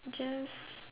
just